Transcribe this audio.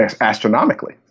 astronomically